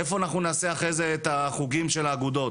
איפה אנחנו נעשה אחרי זה את החוגים של האגודות,